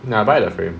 nah I buy the frame